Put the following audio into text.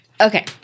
Okay